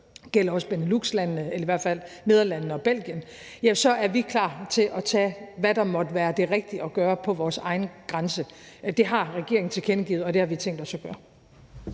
gælder også Benelux-landene eller i hvert fald i Nederlandene og Belgien – så er vi klar til at gøre, hvad der måtte være det rigtige at gøre på vores egen grænse. Det har regeringen tilkendegivet, og det har vi tænkt os at gøre.